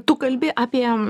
tu kalbi apie